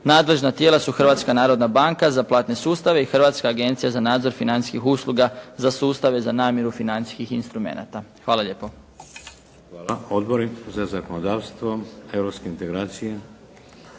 Nadležna tijela su Hrvatska narodna banka za platne sustave i Hrvatska agencija za nadzor financijskih usluga za sustave, za namjeru financijskih instrumenata. Hvala lijepo. **Šeks, Vladimir (HDZ)** Hvala. Odobri za zakonodavstvo, europske integracije,